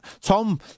Tom